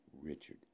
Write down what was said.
Richard